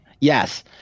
Yes